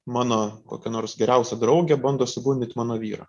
mano kokia nors geriausia draugė bando sugundyt mano vyrą